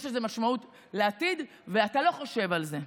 יש לזה משמעות לעתיד, ואתה לא חושב על זה.